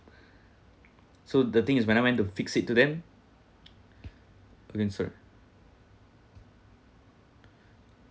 so the thing is when I went to fix it to them okay sorry